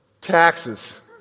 taxes